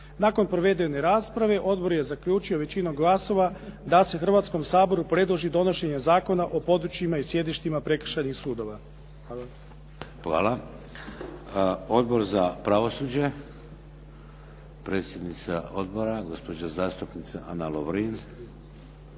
Nakon provedene rasprave odbor je zaključio većinom glasova, da se Hrvatskom saboru predloži donošenje Zakona o područjima i sjedištima prekršajnih sudova. Hvala. **Šeks, Vladimir (HDZ)** Hvala. Odbor za pravosuđe, predsjednica odbora gospođa zastupnica Ana Lovrin.